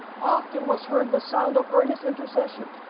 often was heard the sound of earnest intercession.